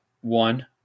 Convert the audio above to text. One